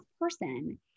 person